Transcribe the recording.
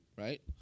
right